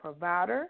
provider